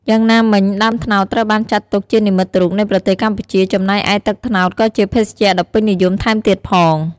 យ៉ាងណាមិញ ដើមត្នោតត្រូវបានចាត់ទុកជានិមិត្តរូបនៃប្រទេសកម្ពុជា ចំណែកឯទឹកត្នោតក៏ជាភេសជ្ជៈដ៏ពេញនិយមថែមទៀតផង។